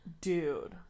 dude